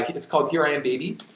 i mean it's called here i am baby.